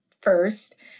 first